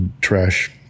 trash